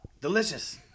Delicious